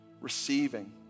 receiving